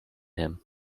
him